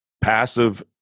passive